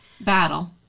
Battle